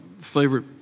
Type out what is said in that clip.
favorite